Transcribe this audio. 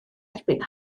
erbyn